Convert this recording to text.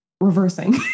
reversing